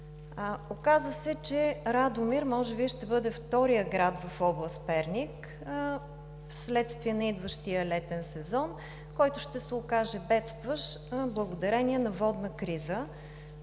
Оказа се, че Радомир може би ще бъде вторият град в област Перник вследствие на идващия летен сезон, който ще се окаже бедстващ благодарение на водна криза.